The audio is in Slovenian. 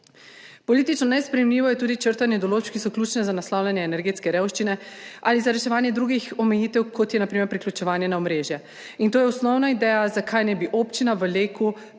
Politično nesprejemljivo je tudi črtanje določb, ki so ključne za naslavljanje energetske revščine ali za reševanje drugih omejitev, kot je na primer priključevanje na omrežje. In to je osnovna ideja, zakaj ne bi občina v LEK